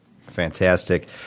Fantastic